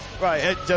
Right